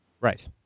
Right